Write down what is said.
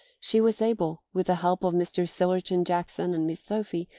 she was able, with the help of mr. sillerton jackson and miss sophy,